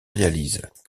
réalisent